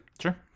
Sure